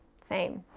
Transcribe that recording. same.